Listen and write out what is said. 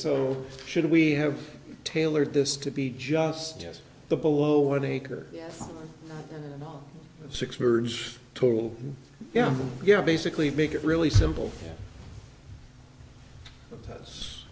so should we have tailored this to be just the below one acre six words total yeah yeah basically make it really simple